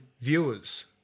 viewers